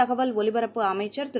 தகவல் ஒலிபரப்பு அமைச்சர் திரு